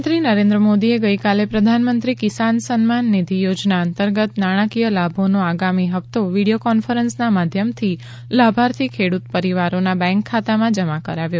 પ્રધાનમંત્રી નરેન્દ્ર મોદીએ ગઇકાલે પ્રધાનમંત્રી કિસાન સન્માન નિધિ અંતર્ગત નાણાકીય લાભોનો આગામી હપ્તો વિડિયો કોન્ફરન્સના માધ્યમથી લાભાર્થી ખેડૂત પરિવારોના બેન્ક ખાતામાં જમા કરાવ્યો